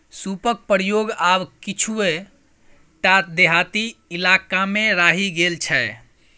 सूपक प्रयोग आब किछुए टा देहाती इलाकामे रहि गेल छै